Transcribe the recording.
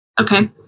Okay